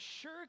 sure